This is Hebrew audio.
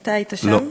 אתה היית שם.